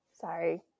Sorry